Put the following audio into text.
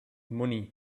money